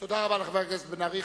תודה רבה לחבר הכנסת בן-ארי.